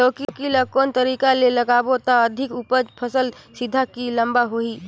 लौकी ल कौन तरीका ले लगाबो त अधिक उपज फल सीधा की लम्बा होही?